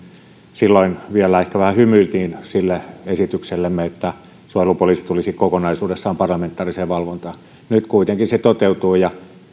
silloin vielä ehkä vähän hymyiltiin sille esityksellemme että suojelupoliisi tulisi kokonaisuudessaan parlamentaariseen valvontaan nyt se kuitenkin toteutuu ja